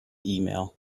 email